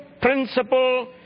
principle